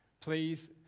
please